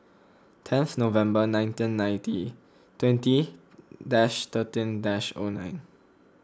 tenth November nineteen ninety twenty dash thirteen dash O nine